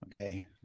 Okay